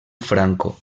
franco